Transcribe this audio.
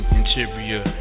interior